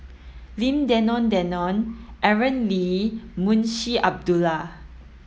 Lim Denan Denon Aaron Lee and Munshi Abdullah